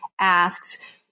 asks